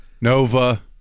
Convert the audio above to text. Nova